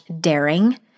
daring